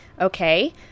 Okay